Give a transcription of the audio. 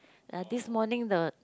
ya this morning the